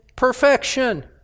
perfection